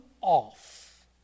off